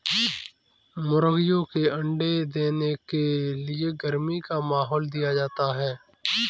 मुर्गियों के अंडे देने के लिए गर्मी का माहौल दिया जाता है